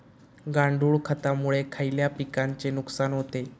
गांडूळ खतामुळे खयल्या पिकांचे नुकसान होते?